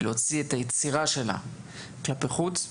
ולהוציא את היצירה שלה כלפי חוץ,